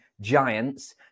giants